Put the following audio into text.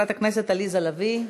חברת הכנסת עליזה לביא.